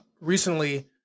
recently